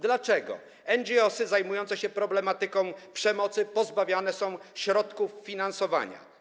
Dlaczego NGO-sy zajmujące się problematyką przemocy pozbawiane są środków finansowania?